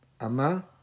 Ama